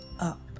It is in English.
up